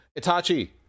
itachi